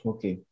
Okay